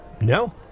No